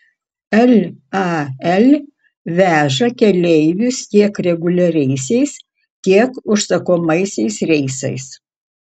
lal veža keleivius tiek reguliariaisiais tiek užsakomaisiais reisais